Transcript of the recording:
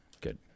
good